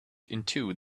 into